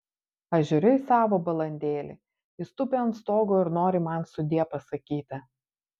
aš žiūriu į savo balandėlį jis tupi ant stogo ir nori man sudie pasakyti